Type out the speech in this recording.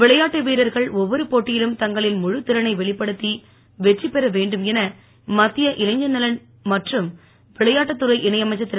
விளையாட்டு வீரர்கள் ஒவ்வொரு போட்டியிலும் தங்களின் முழுத் திறனை வெளிப்படுத்தி வெற்றி பெற வேண்டும் என மத்திய இளைஞர் நலன் மற்றும் விளையாட்டுத் துறை இணை அமைச்சர் திரு